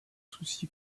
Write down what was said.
souci